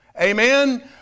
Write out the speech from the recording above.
Amen